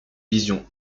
vision